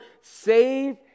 save